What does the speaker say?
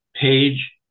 page